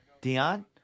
Dion